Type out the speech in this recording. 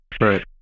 Right